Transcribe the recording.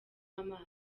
amazi